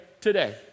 today